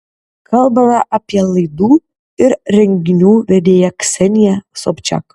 kalbame apie laidų ir renginių vedėja kseniją sobčak